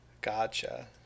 Gotcha